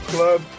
Club